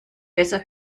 besser